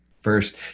first